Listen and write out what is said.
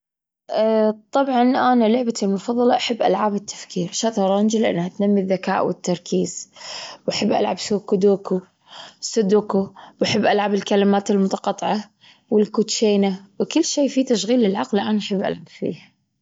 ااا طبعًا أنا لعبتي المفضلة أحب ألعاب التفكير. شطرنج لأنها تنمي الذكاء والتركيز، وأحب ألعب سوكودوكو- سودوكو، وأحب ألعب الكلمات المتقاطعة والكوتشينا، وكل شيء فيه تشغيل للعقل أنا أحب ألعب فيه.